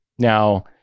Now